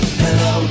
hello